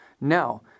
Now